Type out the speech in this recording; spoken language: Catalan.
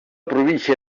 província